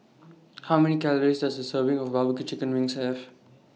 How Many Calories Does A Serving of Barbecue Chicken Wings Have